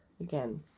again